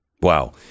Wow